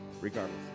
regardless